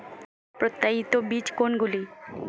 প্রত্যায়িত বীজ কোনগুলি?